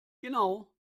genau